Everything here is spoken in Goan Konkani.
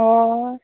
हय